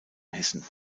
hessen